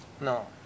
No